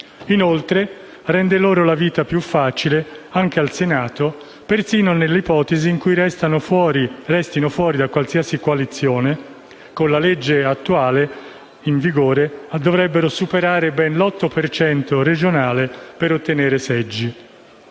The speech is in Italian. inoltre rende loro la vita più facile anche al Senato, persino nell'ipotesi in cui restino fuori da qualsiasi coalizione: con la legge attualmente in vigore dovrebbero superare ben l'8 per cento regionale per ottenere seggi.